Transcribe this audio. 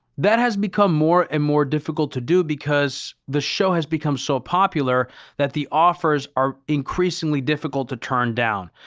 that has become more and more difficult to do because the show has become so popular that the offers are increasingly difficult to turn down.